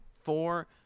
four